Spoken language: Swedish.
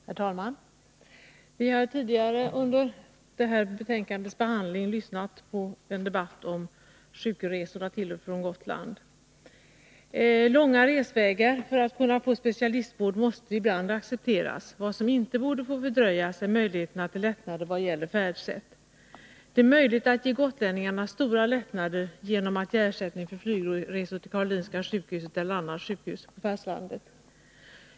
Herr talman! Vi har tidigare under det här betänkandets behandling lyssnat på en debatt om sjukresor till och från Gotland. Långa resvägar för att kunna få specialistvård måste ibland accepteras. Vad som inte borde få fördröjas är möjligheten till lättnader vad gäller färdsätt. Det är möjligt att ge gotlänningarna stora lättnader genom att ge ersättning för flygresor till Karolinska sjukhuset eller annat sjukhus på fastlandet.